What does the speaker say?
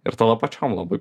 ir tavo pačiam labai